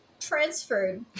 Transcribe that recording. transferred